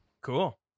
Cool